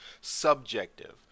subjective